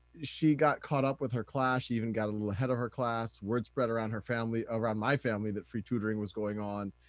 she got caught up with her class, she even got a little ahead of her class, word spread around her family, around my family, that free tutoring was going on.